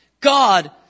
God